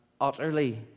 utterly